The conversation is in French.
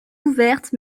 ouverte